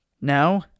Now